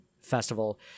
Festival